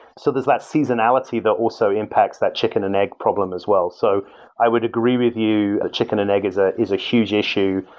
so there's that seasonality that also impacts that chicken and egg problem as well. so i would agree with you, ah chicken and egg is ah is a huge issue.